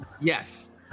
Yes